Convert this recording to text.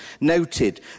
noted